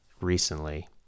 recently